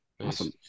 Awesome